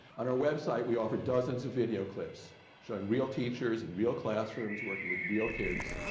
on our website, we offer dozens of video clips showing real teachers and real classrooms working with real kids,